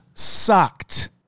sucked